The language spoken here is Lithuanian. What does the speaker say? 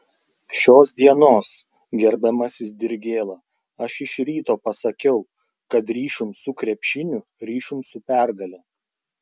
šios dienos gerbiamasis dirgėla aš iš ryto pasakiau kad ryšium su krepšiniu ryšium su pergale